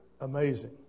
amazing